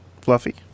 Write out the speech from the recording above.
Fluffy